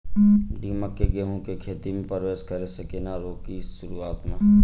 दीमक केँ गेंहूँ केँ खेती मे परवेश करै सँ केना रोकि शुरुआत में?